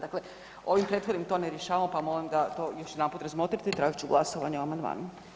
Dakle, ovim prethodnim to ne rješavamo pa molim da to još jedanput razmotrite i tražit ću glasovanje je amandmanu.